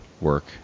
work